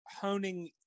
honing